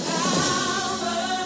power